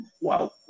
Wow